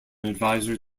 advisor